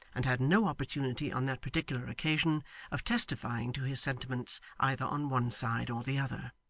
and had no opportunity on that particular occasion of testifying to his sentiments either on one side or the other.